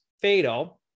fatal